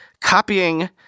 copying